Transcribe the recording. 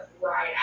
right